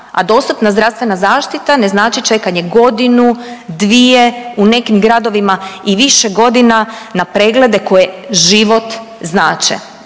a dostupna zdravstvena zaštita ne znači čekanje godinu, dvije, u nekim gradovima i više godina na preglede koje život znače.